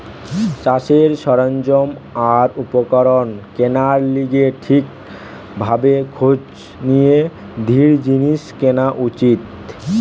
চাষের সরঞ্জাম আর উপকরণ কেনার লিগে ঠিক ভাবে খোঁজ নিয়ে দৃঢ় জিনিস কেনা উচিত